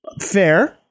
Fair